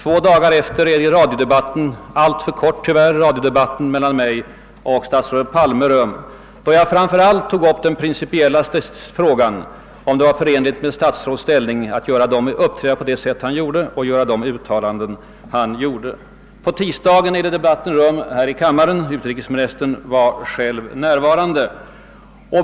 Två dagar efteråt ägde radiodebatten rum — alltför kort, tyvärr — mellan statsrådet Palme och mig, varvid jag framför allt tog upp den principiella frågan om det var förenligt med ett statsråds ställning att uppträda på det sätt och göra de uttalanden som han gjorde. På tisdagen ägde debatt om herr Turessons fråga rum här i kammaren — utrikesministern var själv närvarande.